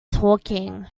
talking